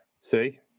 see